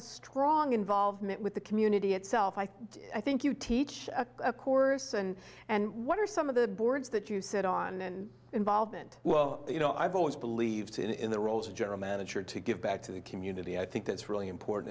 a strong involvement with the community itself i think you teach a course and and what are some of the boards that you sit on and involvement well you know i've always believed in the role as a general manager to give back to the community i think that's really important